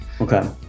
Okay